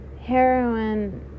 heroin